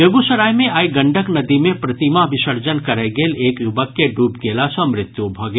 बेगूसराय मे आइ गंडक नदी मे प्रतिमा विसर्जन करय गेल एक युवक के डूबि गेला सँ मृत्यु भऽ गेल